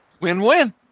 Win-win